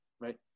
right